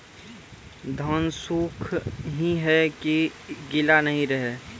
धान सुख ही है की गीला नहीं रहे?